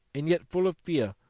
and yet full of fear,